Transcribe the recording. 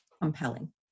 compelling